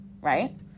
Right